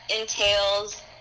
entails